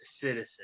citizen